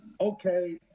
okay